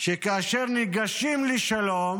שכאשר ניגשים לשלום